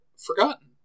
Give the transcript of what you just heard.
forgotten